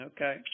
Okay